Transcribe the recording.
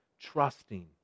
trusting